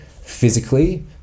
physically